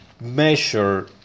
measure